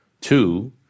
Two